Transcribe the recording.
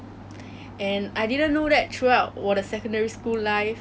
and moreover like being together with him